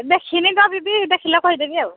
ଦେଖିନି ତ ଦିଦି ଦେଖିଲେ କହି ଦେବି ଆଉ